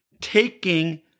taking